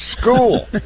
school